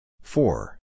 Four